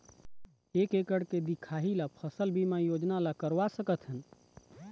एक एकड़ के दिखाही ला फसल बीमा योजना ला करवा सकथन?